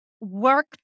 work